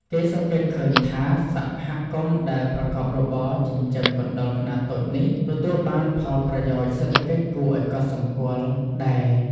គេសង្កេតឃើញថា សហគមន៍ដែលប្រកបរបរចិញ្ចឹមកណ្តុរខ្នាតតូចនេះ ទទួលបានផលប្រយោជន៍សេដ្ឋកិច្ចគួរឱ្យកត់សម្គាល់ដែរ។